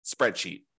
spreadsheet